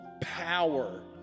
power